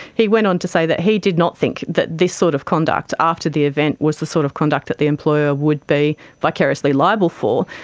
he went on to say that he did not think that this sort of conduct after the event was the sort of conduct that the employer would be vicariously liable for,